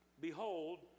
behold